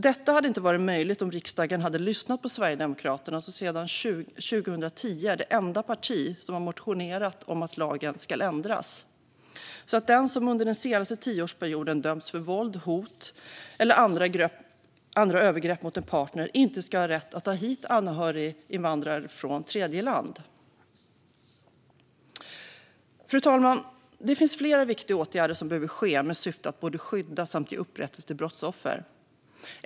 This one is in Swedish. Detta hade inte varit möjligt om riksdagen hade lyssnat på Sverigedemokraterna, som sedan 2010 är det enda parti som har motionerat om att lagen ska ändras så att den som under den senaste tioårsperioden dömts för våld, hot eller andra övergrepp mot en partner inte ska ha rätt att ta hit anhöriginvandrare från tredjeland. Fru talman! Det finns flera viktiga åtgärder som behöver vidtas med syfte att både skydda och ge upprättelse till brottsoffer.